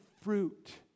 fruit